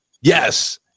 Yes